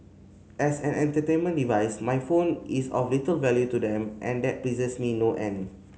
as an entertainment device my phone is of little value to them and that pleases me no end